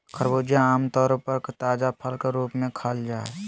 खरबूजा आम तौर पर ताजा फल के रूप में खाल जा हइ